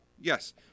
Yes